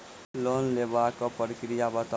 Loan लेबाक प्रक्रिया बताऊ?